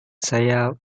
saya